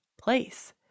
place